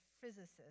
physicist